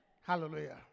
Hallelujah